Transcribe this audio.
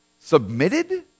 submitted